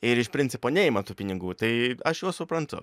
ir iš principo neima tų pinigų tai aš juos suprantu